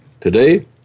Today